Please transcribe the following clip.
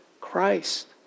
Christ